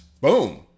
boom